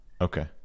Okay